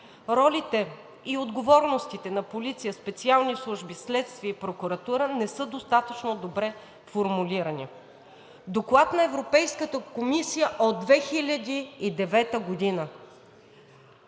Ролите и отговорностите на полиция, специални служби, следствие и прокуратура не са достатъчно добре формулирани.“ Доклад на Европейската комисия от 2009 г.